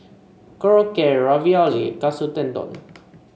Korokke Ravioli Katsu Tendon